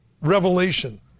Revelation